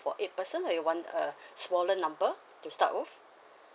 for eight person or you want a smaller number to start off